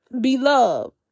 Beloved